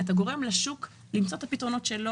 זה גורם לשוק למצוא את הפתרונות שלו